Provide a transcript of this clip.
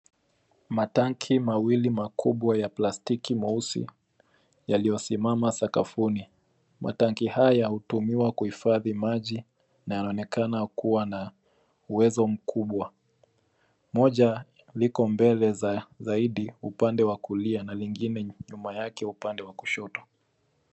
Matanki mawili makubwa ya plastiki meusi yaliyosimama sakafuni. Matanki haya hutumiwa kuhifadhi maji na yanaonekana kuwa na uwezo mkubwa. Moja liko mbele zaidi upande wa kulia na nyingine nyuma yake upande wa kushoto.